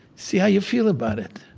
see how you feel about it.